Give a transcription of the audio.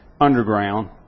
underground